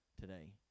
today